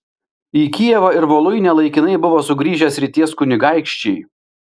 į kijevą ir voluinę laikinai buvo sugrįžę srities kunigaikščiai